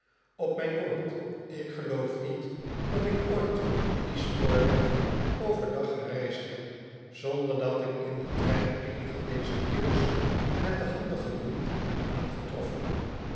op mijn woord ik geloof niet dat ik ooit op dien spoorweg over dag gereisd heb zonder dat ik in den trein eenige deserteurs met de handen geboeid heb aangetroffen